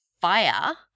fire